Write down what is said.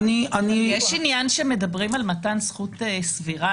יש עניין שמדברים על מתן זכות סבירה